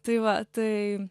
tai va tai